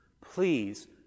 Please